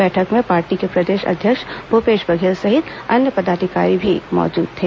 बैठक में पार्टी के प्रदेश अध्यक्ष भूपेश बघेल सहित अन्य पदाधिकारी भी मौजूद थे